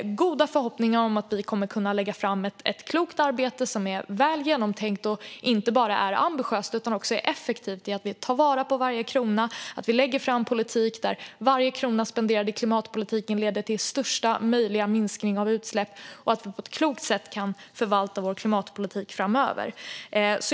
Jag har goda förhoppningar om att vi kommer att kunna lägga fram ett klokt arbete som är väl genomtänkt och som inte bara är ambitiöst utan också effektivt, så att vi tar vara på varje krona och lägger fram politik där varje krona som spenderas på klimatpolitiken leder till största möjliga minskning av utsläppen och så att vi på ett klokt sätt kan förvalta klimatpolitiken framöver.